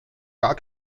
gar